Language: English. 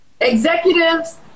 Executives